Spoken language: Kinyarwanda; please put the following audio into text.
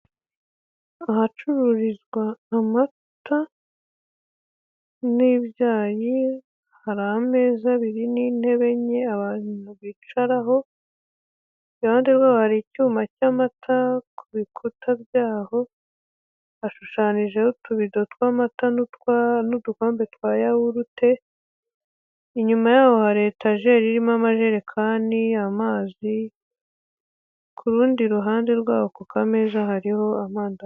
Ahacururizwa amata n'ibyayi hari ameza abiri nintebe enye abantu bicaraho, iruhande rwabo hari icyumba cy'amata ku bikuta byaho, hashushananijeho utubido tw'amata nu n'dukombe twa yawurute inyuma yaho hari etajeri irimo amajerekani, amazi ku rundi ruhande rwabo ku kameza hariho amata.